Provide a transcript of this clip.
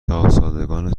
شاهزادگان